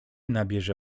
nabierze